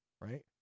right